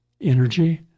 energy